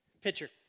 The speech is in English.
Picture